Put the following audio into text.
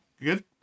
Good